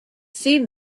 seen